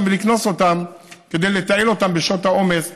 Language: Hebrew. ולקנוס אותם כדי לתעל אותם בשעות העומס לנסוע,